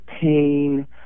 Pain